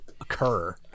occur